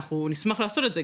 אנחנו נשמח לעשות את גם.